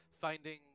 finding